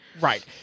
right